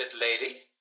lady